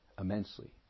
immensely